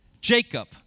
Jacob